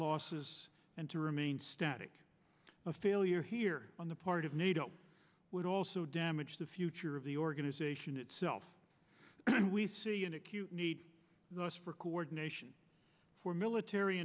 losses and to remain static a failure here on the part of nato would also damage the future of the organization itself and we see an acute need for coordination for military